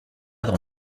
dans